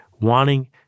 wanting